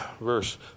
Verse